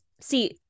See